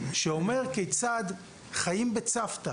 שאומר כיצד חיים בצוותא